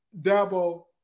Dabo